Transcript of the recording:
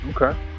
okay